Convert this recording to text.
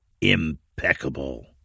impeccable